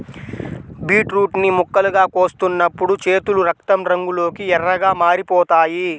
beetroot ని ముక్కలుగా కోస్తున్నప్పుడు చేతులు రక్తం రంగులోకి ఎర్రగా మారిపోతాయి